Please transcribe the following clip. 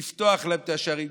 לפתוח להם את השערים.